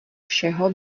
všeho